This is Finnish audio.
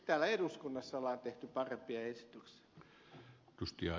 täällä eduskunnassa on tehty parempia esityksiä